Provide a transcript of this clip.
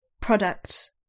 product